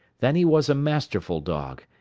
then he was a masterful dog,